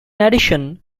addition